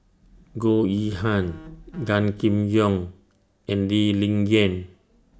Goh Yihan Gan Kim Yong and Lee Ling Yen